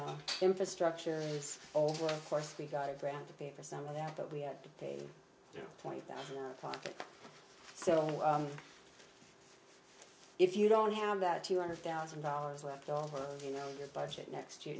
an infrastructure over the course we got a grant to pay for some of that that we had to pay twenty thousand dollars so if you don't have that two hundred thousand dollars left over you know your budget next year